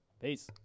peace